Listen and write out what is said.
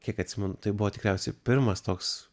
kiek atsimenu tai buvo tikriausiai pirmas toks